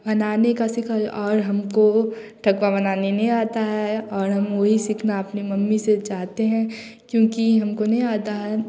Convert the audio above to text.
बनाने का सिखा और हमको ठकवा बनाना नहीं आता है और हम वही सीखना अपनी मम्मी से चाहते हैं क्योंकि हमको नहीं आता है